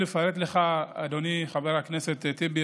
אדוני חבר הכנסת טיבי,